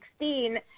2016